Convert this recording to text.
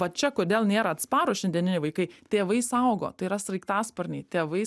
va čia kodėl nėra atsparūs šiandieniniai vaikai tėvai saugo tai yra sraigtasparniai tėvai